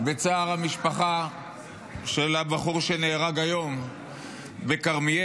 בצער המשפחה של הבחור שנהרג היום בכרמיאל,